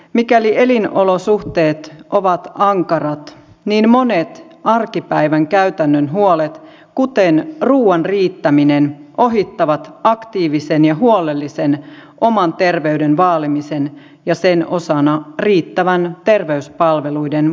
mikäli elinolosuhteet ovat ankarat niin monet arkipäivän käytännön huolet kuten ruoan riittäminen ohittavat aktiivisen ja huolellisen oman terveyden vaalimisen ja sen osana riittävän terveyspalveluiden käytön